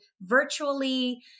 virtually